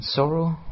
sorrow